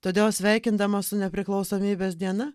todėl sveikindama su nepriklausomybės diena